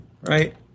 right